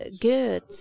good